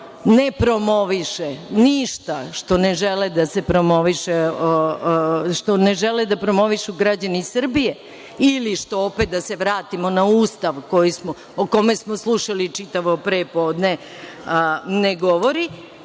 ne promoviše ništa što ne žele da promovišu građani Srbije, ili što opet da se vratimo na Ustav, o kome smo slušali čitavo prepodne, ne govori,